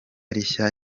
rishya